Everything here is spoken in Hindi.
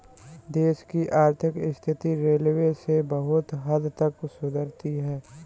देश की आर्थिक स्थिति रेलवे से बहुत हद तक सुधरती है